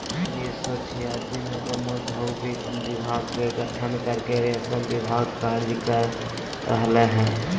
उन्नीस सो छिआसी मे ग्रामोद्योग विभाग के गठन करके रेशम विभाग कार्य कर रहल हई